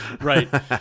Right